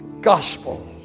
gospel